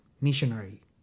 missionary